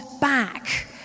back